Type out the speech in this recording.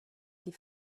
die